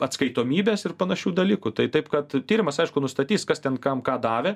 atskaitomybės ir panašių dalykų tai taip kad tyrimas aišku nustatys kas ten kam ką davė